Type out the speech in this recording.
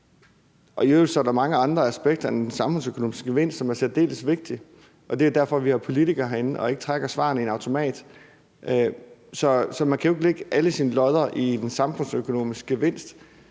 ej. I øvrigt er der mange andre aspekter end samfundsøkonomisk gevinst, som er særdeles vigtig, og det er jo derfor, vi har politikere herinde og ikke trækker svarene i en automat. Så man kan jo ikke lægge alle sine lodder i den samfundsøkonomiske gevinsts